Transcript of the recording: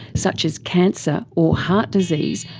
such as cancer or heart disease,